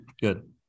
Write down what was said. Good